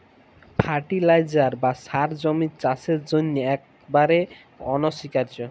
fertiliser বা সার জমির চাসের জন্হে একেবারে অনসীকার্য